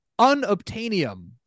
Unobtainium